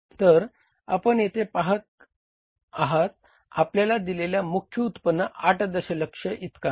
तर आपण येथे पाहत आहात आपल्याला दिलेला मुख्य उत्पन्न 8 दशलक्ष इतका आहे